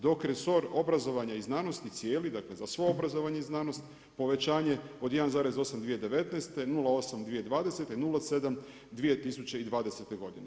Dok resor obrazovanja i znanosti cijeli, dakle za svo obrazovanje i znanost povećanje od 1,8 2019., 0,8 2020. i 0,7 2020. godine.